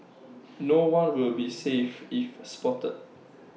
no one will be safe if spotted